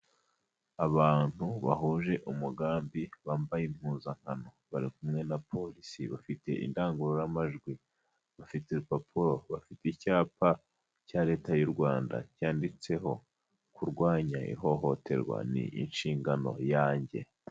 Abantu bahuje umugambi bambaye impuzankano, bari kumwe na Polisi bafite indangururamajwi, bafite urupapuro, bafite icyapa cya Leta y'u Rwanda cyanditseho kurwanya ihohoterwa ni inshingano yanjye.